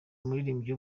umuririmbyi